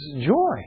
joy